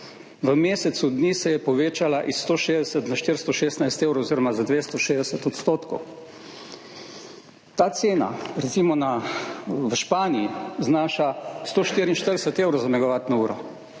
V mesecu dni se je povečala iz 160 na 416 evrov oziroma za 260 odstotkov. Ta cena recimo na v Španiji znaša 144 evrov za megavatno uro,